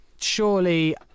Surely